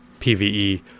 PvE